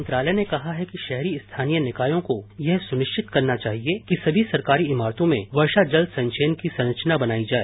मंत्रालय ने कहा कि शहरी स्थानीय निकायों को यह सुनिश्चित करना चाहिए कि सभी सरकारी इमारतों में वर्षा जल संचयन की संरचना बनाई जाए